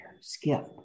Skip